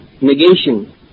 negation